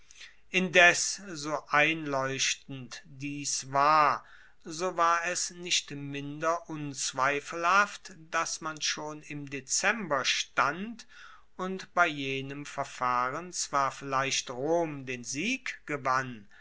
indes so einleuchtend dies war so war es nicht minder unzweifelhaft dass man schon im dezember stand und bei jenem verfahren zwar vielleicht rom den sieg gewann